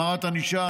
החמרת ענישה,